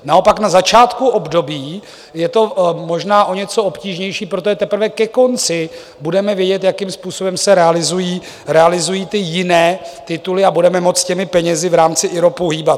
Naopak na začátku období je to možná o něco obtížnější, protože teprve ke konci budeme vědět, jakým způsobem se realizují jiné tituly a budeme moct těmi penězi v rámci IROPu hýbat.